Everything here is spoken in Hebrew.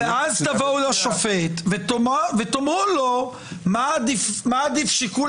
ואז תבואו לשופט ותאמרו לו מה עדיף שיקול